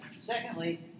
Secondly